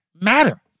matter